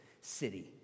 city